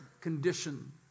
condition